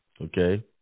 Okay